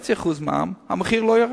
מע"מ והמחיר לא ירד.